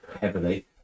heavily